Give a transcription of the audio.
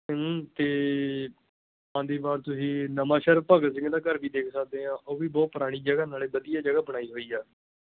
ਅਤੇ ਆਉਂਦੀ ਵਾਰ ਤੁਸੀਂ ਨਵਾਂ ਸ਼ਹਿਰ ਭਗਤ ਸਿੰਘ ਦਾ ਘਰ ਵੀ ਦੇਖ ਸਕਦੇ ਆਂ ਉਹ ਵੀ ਬਹੁਤ ਪੁਰਾਣੀ ਜਗ੍ਹਾ ਨਾਲੇ ਵਧੀਆ ਜਗ੍ਹਾ ਬਣਾਈ ਹੋਈ ਆ